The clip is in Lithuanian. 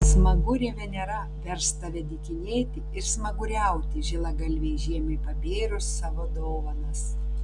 smagurė venera vers tave dykinėti ir smaguriauti žilagalvei žiemai pabėrus savo dovanas